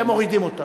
אתם מורידים אותה.